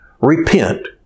Repent